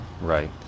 right